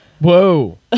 Whoa